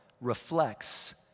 reflects